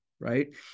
right